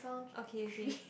okay okay